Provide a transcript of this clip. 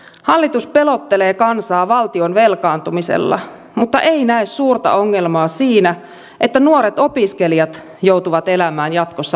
hallitus pelottelee kansaa valtion velkaantumisella mutta ei näe suurta ongelmaa siinä että nuoret opiskelijat joutuvat elämään jatkossa velaksi